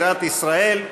בירת ישראל,